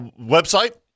Website